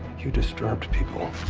you disturbed people.